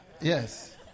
Yes